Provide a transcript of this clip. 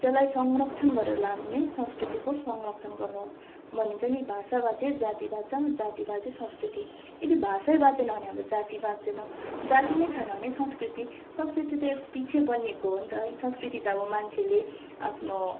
त्यसलाई संरक्षण गरेर लानु नै संस्कृतिको संरक्षण गर्नु हो भनिन्छ नि भाषा बाँचे जाति बाँच्छ जाति बाँचे संस्कृति यदि भाषै बाँचेन भने हाम्रो जाति बाँचेनौँ जाति नै छैन भने संस्कृति संस्कृति चाहिँ पिछे बनिएको हो नि त है संस्कृति त अब मान्छेले आफ्नो